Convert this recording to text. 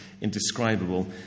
indescribable